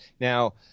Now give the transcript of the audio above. now